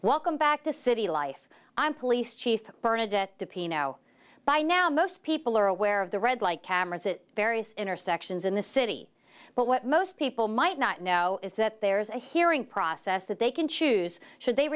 welcome back to city life i'm police chief bernard depi know by now most people are aware of the red light cameras it various intersections in the city but what most people might not know is that there is a hearing process that they can choose should they